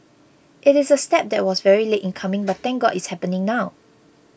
it is a step that was very late in coming but thank God it's happening now